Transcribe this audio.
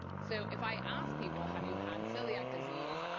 so if i ask people, have you had celiac disease,